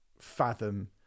fathom